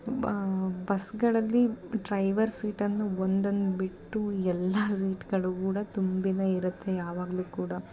ಬ ಬಸ್ಗಳಲ್ಲಿ ಡ್ರೈವರ್ ಸೀಟನ್ನು ಒಂದನ್ನು ಬಿಟ್ಟು ಎಲ್ಲ ಸೀಟ್ಗಳು ಕೂಡ ತುಂಬಿ ಇರುತ್ತೆ ಯಾವಾಗಲೂ ಕೂಡ